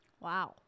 Wow